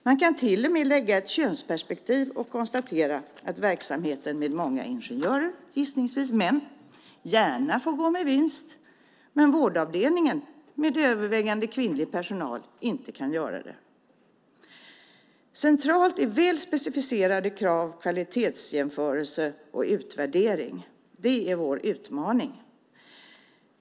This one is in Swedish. Man kan till och med lägga ett könsperspektiv på detta och konstatera att verksamheter med många ingenjörer, gissningsvis män, gärna får gå med vinst men vårdavdelningen med övervägande kvinnlig personal kan inte göra det. Centralt är vår utmaning specificerade krav, kvalitetsjämförelser och utvärderingar.